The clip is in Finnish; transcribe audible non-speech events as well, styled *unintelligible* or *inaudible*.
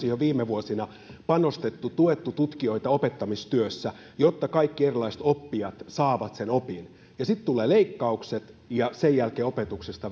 siihen onkaan viime vuosina panostettu tuettu tutkijoita opettamistyössä jotta kaikki erilaiset oppijat saavat sen opin ja sitten tulevat leikkaukset ja sen jälkeen opetuksesta *unintelligible*